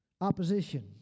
opposition